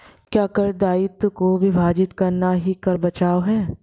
क्या कर दायित्वों को विभाजित करना ही कर बचाव है?